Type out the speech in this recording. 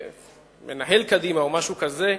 מנהל קדימה או משהו כזה,